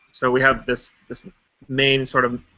so we have this this main sort of